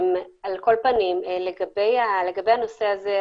לגבי הנושא הזה,